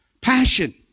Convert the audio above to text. Passion